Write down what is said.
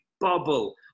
bubble